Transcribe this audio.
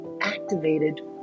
activated